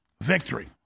victory